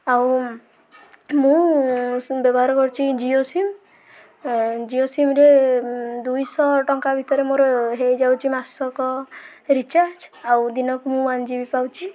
ଆଉ ମୁଁ ସିମ୍ ବ୍ୟବହାର କରୁଛି ଜିଓ ସିମ୍ ଜିଓ ସିମ୍ ରେ ଦୁଇଶହ ଟଙ୍କା ଭିତରେ ମୋର ହେଇଯାଉଛି ମାସକ ରିଚାର୍ଜ ଆଉ ଦିନକୁ ମୁଁ ୱାନ୍ ଜିବି ପାଉଛି